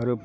आरो